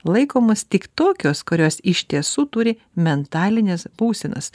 laikomos tik tokios kurios iš tiesų turi mentalines būsenas